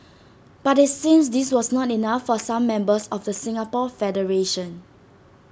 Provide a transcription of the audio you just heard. but IT seems this was not enough for some members of the Singapore federation